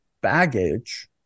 baggage